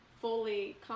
fully